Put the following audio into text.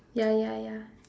ya ya ya